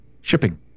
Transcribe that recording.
shipping